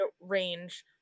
range